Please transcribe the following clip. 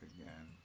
Again